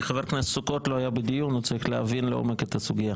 כי חבר הכנסת סוכות לא היה בדיון והוא צריך להבין לעומק את הסוגיה.